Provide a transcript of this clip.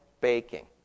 baking